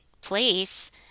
place